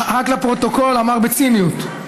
רק לפרוטוקול: אמר בציניות.